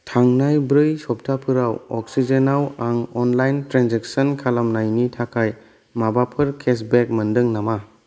थांनाय ब्रै सप्ताफोराव अक्सिजेनआव आं अनलाइन ट्रेन्जेकसन खालामनायनि थाखाय माबाफोर केसबेक मोन्दों नामा